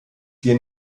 vier